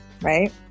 Right